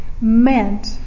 meant